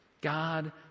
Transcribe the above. God